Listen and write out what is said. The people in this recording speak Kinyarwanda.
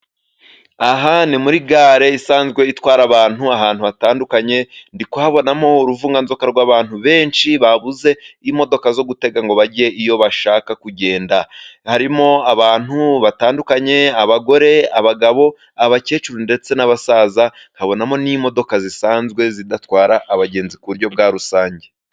Aha ni muri gare isanzwe itwara abantu ahantu hatandukanye ndi kuhabonamo uruvunganzoka rw'abantu benshi babuze imodoka zo gutega ngo bajye iyo bashaka kugenda harimo abantu batandukanye abagore, abagabo ,abakecuru ndetse n'abasaza nk'abonamo n'imodoka zisanzwe zidatwara abagenzi ku buryo bwa rusange.